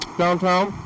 downtown